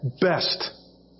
best